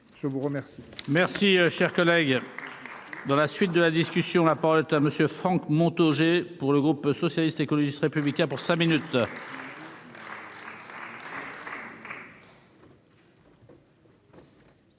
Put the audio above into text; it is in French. je vous remercie